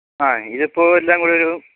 ആഹ് ഇതിപ്പോൾ എല്ലാം കൂടി ഒരു